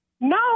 No